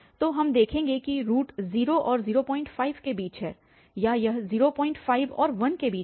तो हम देखेंगे कि रूट 0 और 05 के बीच है या यह 05 और 1 के बीच है